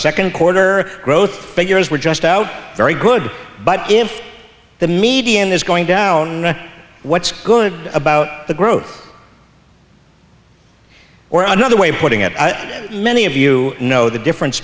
second quarter growth figures we're just out very good but if the median is going down what's good about the growth or another way of putting it many of you know the difference